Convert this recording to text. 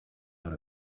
out